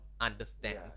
understand